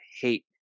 hate